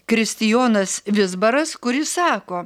kristijonas vizbaras kuris sako